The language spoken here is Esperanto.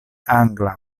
angla